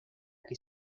que